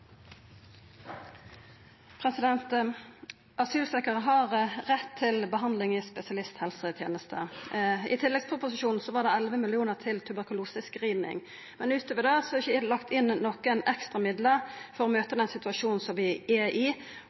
har rett til behandling i spesialisthelseteneste. I tilleggsproposisjonen var det 11 mill. kr til tuberkulosescreening, men utover det er det ikkje lagt inn nokon ekstra midlar for å møta den situasjonen som vi er i.